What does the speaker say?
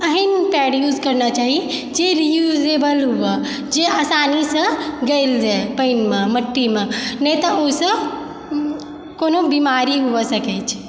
एहन pad use करना चाही जे री यूजेबल हुए जे आसानीसँ गलि जाइ पानिमे मट्टीमे नहि तऽ ओइसँ कोनो बीमारी हुअए सकय छै